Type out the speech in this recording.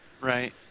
Right